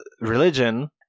religion